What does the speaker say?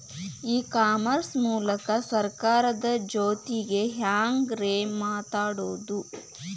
E commerce ಮೂಲಕ ಸರ್ಕಾರದ ಜೊತಿಗೆ ಹ್ಯಾಂಗ್ ರೇ ಮಾತಾಡೋದು?